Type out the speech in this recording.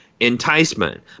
enticement